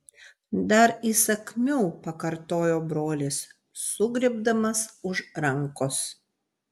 dar įsakmiau pakartojo brolis sugriebdamas už rankos